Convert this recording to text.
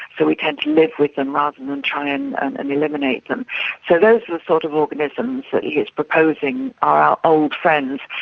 so we tend to live with them rather than and try and and eliminate them. so those were the sort of organisms that he is proposing are our old friends.